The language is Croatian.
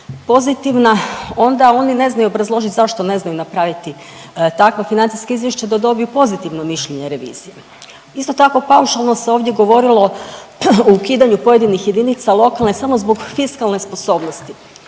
pozitivna, onda oni ne znaju obrazložiti zašto ne znaju napraviti takva financijska izvješća da dobiju pozitivno mišljenje revizije. Isto tako, paušalno se ovdje govorilo o ukidanju lokalnih jedinica lokalne, samo zbog fiskalne sposobnosti.